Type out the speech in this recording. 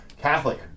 Catholic